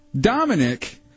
Dominic